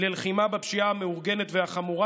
ללחימה בפשיעה המאורגנת והחמורה,